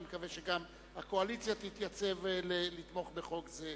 אני מקווה שגם הקואליציה תתייצב לתמוך בחוק זה.